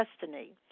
destiny